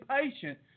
patient